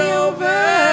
over